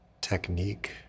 technique